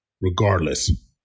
regardless